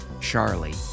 Charlie